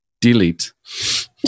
Delete